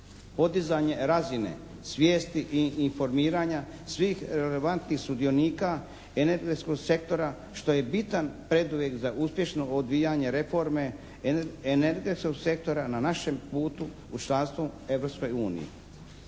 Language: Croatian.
Podizanje razine, svijesti i informiranja svih relevantnih sudionika energetskog sektora što je bitan preduvjet za uspješno odvijanje reforme energetskog sektora na našem putu u članstvu